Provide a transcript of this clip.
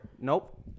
Nope